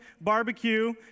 barbecue